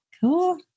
Cool